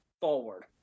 forward